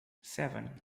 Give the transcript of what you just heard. seven